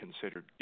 considered